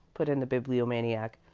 put in the bibliomaniac.